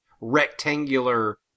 rectangular